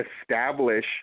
establish